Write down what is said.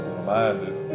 reminded